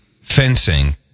fencing